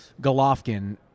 Golovkin